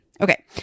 Okay